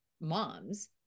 moms